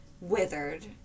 withered